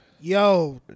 Yo